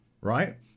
Right